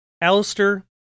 Alistair